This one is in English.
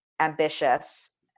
ambitious